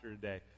today